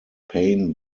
pain